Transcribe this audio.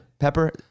Pepper